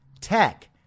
tech